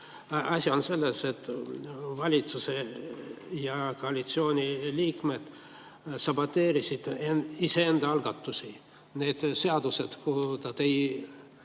Asi on selles, et valitsuse ja koalitsiooni liikmed saboteerisid iseenda algatusi. Need eelnõud, mida ei